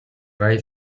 very